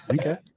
Okay